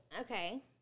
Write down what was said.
Okay